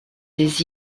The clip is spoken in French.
des